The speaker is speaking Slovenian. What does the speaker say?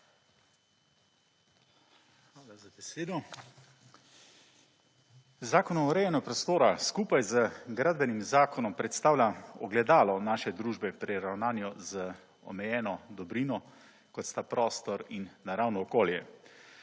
Hvala za besedo. Zakon o urejanju prostora, skupaj z Gradbenim zakonom, predstavlja ogledalo naše družbe pri ravnanju z omejeno dobrino, kot sta prostor in naravno okolje.